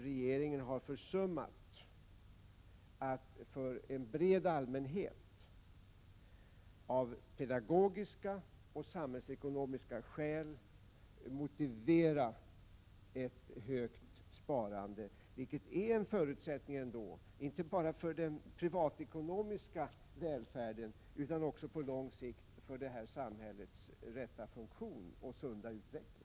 Regeringen har försummat att för en bred allmänhet av pedagogiska och samhällsekonomiska skäl motivera ett högt sparande, vilket ändå är en förutsättning inte bara för den privata ekonomiska välfärden utan på lång sikt också för det här samhällets rätta funktion och sunda utveckling.